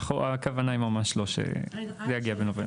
הכוונה היא ממש לא שזה יגיע בנובמבר.